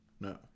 No